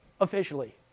officially